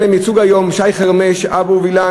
שהיום אין להם ייצוג: שי חרמש ואבו וילן,